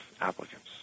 applicants